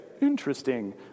interesting